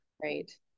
Great